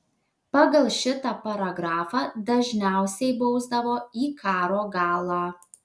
pagal šitą paragrafą dažniausiai bausdavo į karo galą